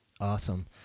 Awesome